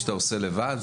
שאתה עושה לבד,